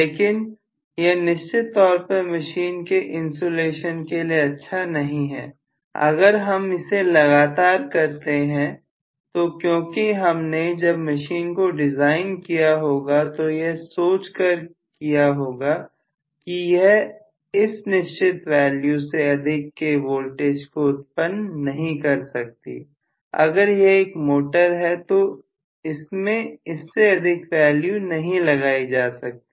लेकिन यह निश्चित तौर पर मशीन के इंसुलेशन के लिए अच्छा नहीं है अगर हम इसे लगातार करते हैं तो क्योंकि हमने जब मशीन को डिजाइन किया होगा तो यह सोच कर क्या होगा कि यह इस निश्चित वैल्यू से अधिक के वोल्टेज को उत्पन्न नहीं कर सकती अगर यह एक मोटर है तो इसमें इससे अधिक वैल्यू नहीं लगाई जा सकती